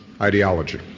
ideology